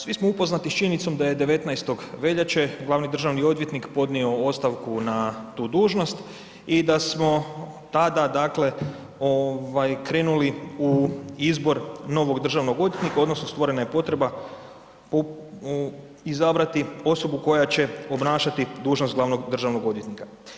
Svi smo upoznati s činjenicom da je 19. veljače glavni državni odvjetnik podnio ostavku na tu dužnost i da smo tada dakle krenuli u izbor novog državnog odvjetnika odnosno stvorena je potreba izabrati osobu koja će obnašati dužnost glavnog državnog odvjetnika.